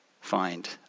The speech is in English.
find